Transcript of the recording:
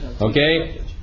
Okay